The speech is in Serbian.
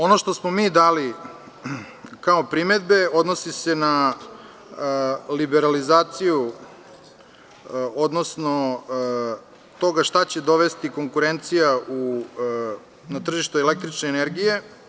Ono što smo mi dali kao primedbe odnosi se na liberalizaciju, odnosno toga šta će dovesti konkurencija na tržište električne energije.